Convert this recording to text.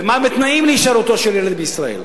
ומהם התנאים להישארות ילד בישראל.